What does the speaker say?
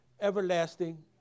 everlasting